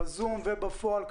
בזום ובפועל.